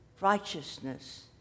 Righteousness